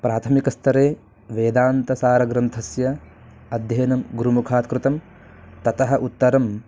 प्राथमिकस्थरे वेदान्तसारग्रन्थस्य अध्ययनं गुरुमुखात् कृतं ततः उत्तरम्